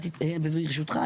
ברשותך,